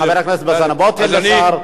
חבר הכנסת אלסאנע, בוא תן לשר.